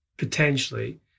potentially